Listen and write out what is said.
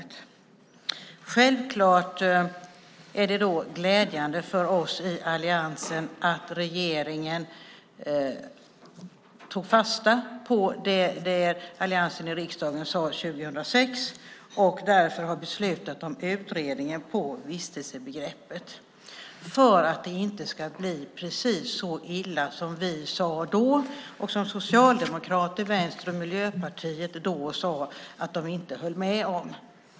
Det är självklart glädjande för oss i alliansen att regeringen tog fasta på det alliansen sade i riksdagen 2006 och därför har beslutat om en utredning av vistelsebegreppet, för att det inte ska bli precis så illa som vi sade då och som Socialdemokraterna, Vänstern och Miljöpartiet då sade att de inte höll med om.